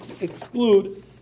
exclude